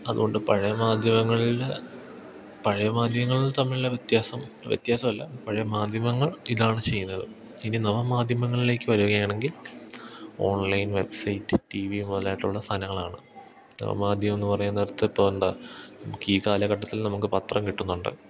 അതുകൊണ്ട് പഴയ മാധ്യമങ്ങളില് പഴയ മാധ്യമങ്ങള് തമ്മിലുള്ള വ്യത്യാസം വ്യത്യാസമല്ല പഴയ മാധ്യമങ്ങൾ ഇതാണ് ചെയ്യുന്നത് ഇനി നവമാധ്യമങ്ങളിലേക്കു വരുകയാണെങ്കിൽ ഓൺലൈൻ വെബ്സൈറ്റ് ടി വി മുതലായിട്ടുള്ള സാനങ്ങളാണ് നവമാധ്യമമെന്നു പറയുന്നിടത്തിപ്പോള് എന്താണ് നമുക്കീ കാലഘട്ടത്തിൽ നമുക്കു പത്രം കിട്ടുന്നുണ്ട്